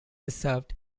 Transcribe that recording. reserved